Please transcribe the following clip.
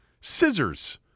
Scissors